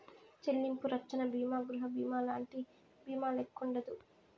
చెల్లింపు రచ్చన బీమా గృహబీమాలంటి బీమాల్లెక్కుండదు